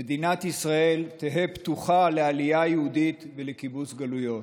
"מדינת ישראל תהא פתוחה לעלייה יהודית ולקיבוץ גלויות".